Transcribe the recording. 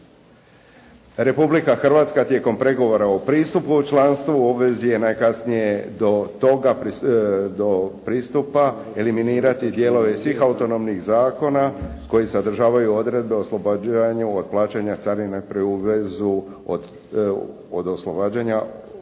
Republika Hrvatska tijekom pregovora o pristupu i članstvu u obvezi je najkasnije do pristupa eliminirati dijelove svih autonomnih zakona koji sadržavaju odredbe o oslobađanju od plaćanja carine pri uvozu određenih roba.